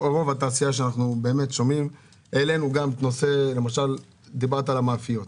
התעשייה, ודיברת גם על המאפיות.